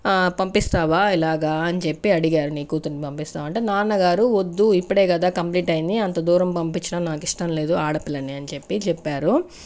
పంపిస్తావా ఇలాగ అని చెప్పి అడిగాడు నీ కూతుర్ని పంపిస్తావా అంటే నాన్న గారు వద్దు ఇప్పుడే కదా కంప్లీట్ అయ్యింది అంత దూరం పంపించడం నాకిష్టం లేదు ఆడ పిల్లని అని చెప్పి చెప్పారు